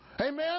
Amen